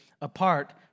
apart